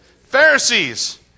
Pharisees